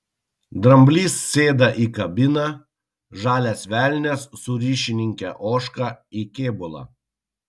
dramblys sėda į kabiną žalias velnias su ryšininke ožka į kėbulą